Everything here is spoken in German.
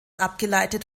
abgeleitet